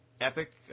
epic